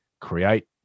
create